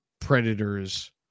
predators